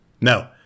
No